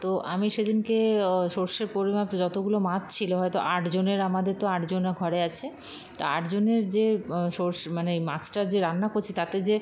তো আমি সেদিনকে ও সরষের পরিমাপ যতগুলো মাছ ছিল হয়তো আটজনের আমাদের তো আটজন ঘরে আছে তা আটজনের যে সরষে মানে মাছটা যে রান্না করছি তাতে যে